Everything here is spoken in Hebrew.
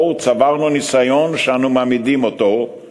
בענווה רבה נכיר להם תודה על שנתנו בנו אמונם כדי